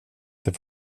det